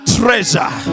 treasure